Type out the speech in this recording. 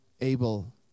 able